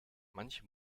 manche